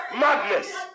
Madness